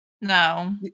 no